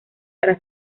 para